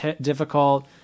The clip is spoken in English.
difficult